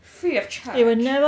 free of charge